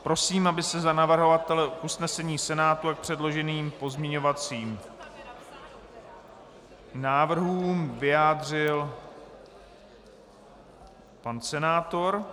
Prosím, aby se za navrhovatele usnesení Senátu a k předloženým pozměňovacím návrhům vyjádřil pan senátor.